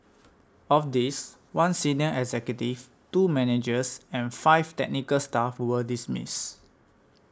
of these one senior executive two managers and five technical staff were dismissed